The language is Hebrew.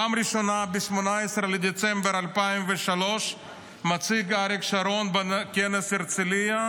בפעם הראשונה, ב-18 בדצמבר 2003, בכנס הרצליה,